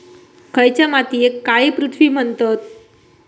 खयच्या मातीयेक काळी पृथ्वी म्हणतत?